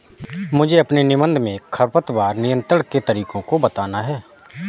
मुझे अपने निबंध में खरपतवार नियंत्रण के तरीकों को बताना है